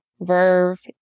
verve